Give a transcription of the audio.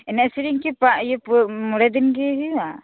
ᱮᱱᱮᱡ ᱥᱤᱨᱤᱧ ᱠᱤ ᱢᱚᱲᱮᱫᱤᱱ ᱜᱤ ᱦᱩᱭᱩᱜ ᱟ